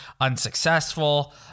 Unsuccessful